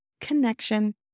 connection